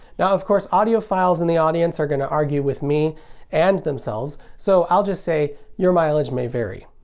now of course, audiophiles in the audience are gonna argue with me and themselves, so i'll just say your mileage may vary.